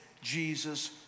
jesus